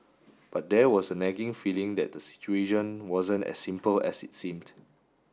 but there was a nagging feeling that the situation wasn't as simple as it seemed